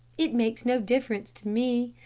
it makes no difference to me.